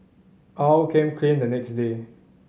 Aw came clean the next day